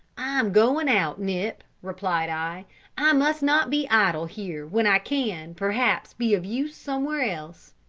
going out, nip, replied i. i must not be idle here, when i can, perhaps, be of use somewhere else.